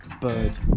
bird